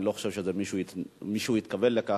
אני לא חושב שמישהו התכוון לכך.